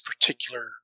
particular